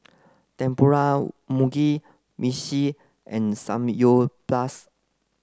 Tempura Mugi Meshi and Samgyeopsal